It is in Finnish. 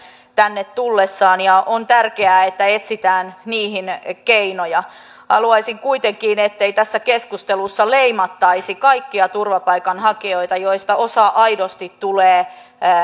tänne tullessaan ja on tärkeää että etsitään niihin keinoja haluaisin kuitenkin ettei tässä keskustelussa leimattaisi kaikkia turvapaikanhakijoita joista osa aidosti tulee